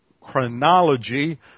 chronology